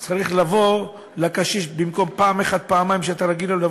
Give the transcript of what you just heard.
הזאת צריך לבוא לקשיש במקום פעם אחת או פעמיים כפי שרגילים,